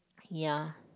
ya